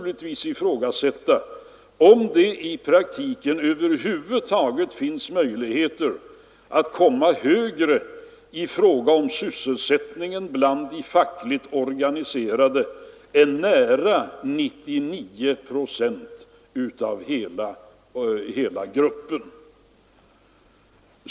Man kan ifrågasätta om det i praktiken över huvud taget finns möjligheter att komma högre i fråga om sysselsättning bland de fackligt organiserade än nära 99 procent av hela gruppen.